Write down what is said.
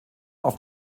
auf